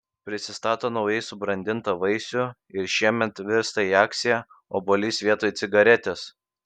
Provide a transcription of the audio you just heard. pristato naujai subrandintą vaisių ir šiemet virsta į akciją obuolys vietoj cigaretės